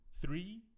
three